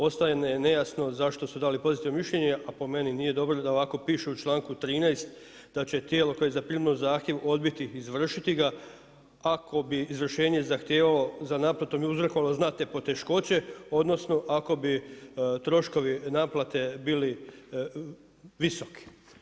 Ostaje nejasno zašto su dali pozitivno mišljenje, a po meni nije dobro da ovako pišu u čl. 13. da će tijelo koje je zaprimilo zahtjev odbiti izvršiti ga, ako bi izvršenje zahtijevalo za naplatu bi uzrokovalo znatne poteškoće, odnosno, ako bi troškovi naplate bili visoki.